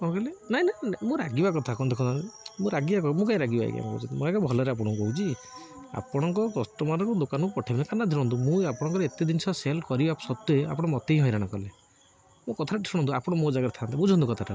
କ'ଣ କହିଲେ ନାଇଁ ନାଇ ନାଇଁ ରାଗିବା କଥା କହୁନି ଦେଖନ୍ତୁ ମୁଁ ରାଗିବା କ ମୁଁ କାଇଁ ରାଗିବି ଆଜ୍ଞା ମୁଁ ଆଜ୍ଞା ଭଲରେ ଆପଣଙ୍କୁ କହୁଚି ଆପଣଙ୍କ କଷ୍ଟମରକୁ ଦୋକାନକୁ ପଠେଇବି ମୁଁ ଆପଣଙ୍କ ଏତେ ଜିନିଷ ସେଲ କରିବା ସତ୍ତ୍ୱେ ଆପଣ ମତେ ହି ହଇରାଣ କଲେ ମୋ କଥାଟି ଶୁଣନ୍ତୁ ଆପଣ ମୋ ଜାଗାରେ ଥାନ୍ତେ ବୁଝନ୍ତୁ କଥାଟା